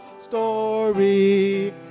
story